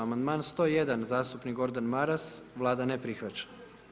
Amandman 101, zastupnik Gordan Maras, Vlada ne prihvaća.